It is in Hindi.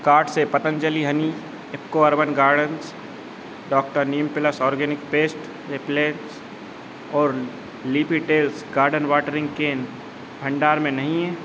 कार्ट से Patanjali honey IFFCO urban gardens doctor neem plus organic pest repellent और leafy tales garden watering can भंडार में नहीं हैं